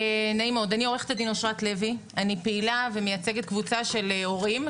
אני פעילה ומייצגת קבוצה של הורים,